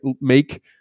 make